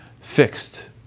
fixed